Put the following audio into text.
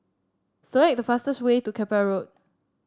select the fastest way to Keppel Road